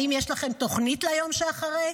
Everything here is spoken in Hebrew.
האם יש לכם תוכנית ליום שאחרי?